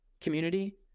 community